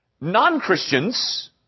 non-Christians